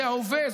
זה ההווה,